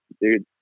dude